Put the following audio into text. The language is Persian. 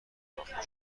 ناخوشایند